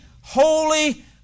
holy